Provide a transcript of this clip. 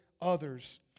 others